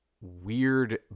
weird